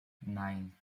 nein